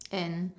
and